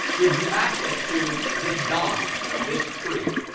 gives you access to this dom, this tree.